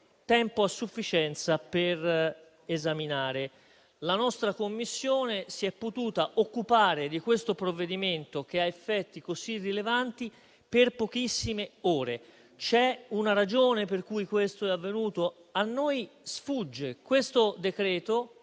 tempo a sufficienza per esaminare. La nostra Commissione si è potuta occupare di questo provvedimento, che ha effetti così rilevanti, per pochissime ore. C'è una ragione per cui questo è avvenuto? A noi sfugge. Il decreto-legge